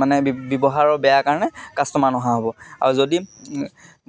মানে ব্যৱহাৰৰ বেয়া কাৰণে কাষ্টমাৰ নহা হ'ব আৰু যদি